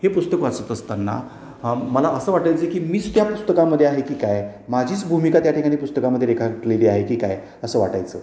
हे पुस्तक वाचत असताना मला असं वाटायचं की मीच त्या पुस्तकामध्ये आहे की काय माझीच भूमिका त्या ठिकाणीपुस्तकामध्ये रेखाटलेली आहे की काय असं वाटायचं